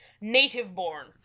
native-born